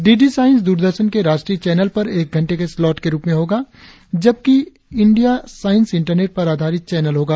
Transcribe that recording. D D science Doordarshan के राष्ट्रीय channel पर एक घंटे के स्लॉट के रुप में होगा जबकि इंडिया साइंस इंटरनेट पर आधारित चैनल होगा